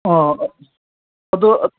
ꯑꯥ ꯑꯗꯨ